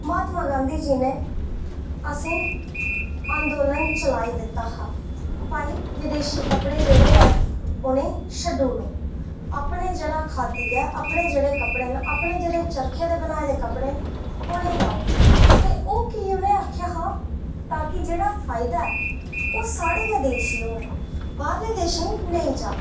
महात्मा गांधी जी नै असेंगी आंदोलन चलाई दित्ता हा भाई विदेशी कपड़े जेह्ड़े हैन उ'नेंगी छड्डी ओड़ो अपना जेह्ड़ा खाद्दी ऐ अपने जेह्ड़े कपड़े न अपने जेह्ड़े चरखे दे बनाए दे कपड़े न उ'नेंगी लैओ ओह् कीऽ उ'नें आक्खेआ हा ताकी जेह्ड़ा फायदा होऐ ओह् साढ़े गै देश गी होऐ बाह्रले देशें गी नेईं जा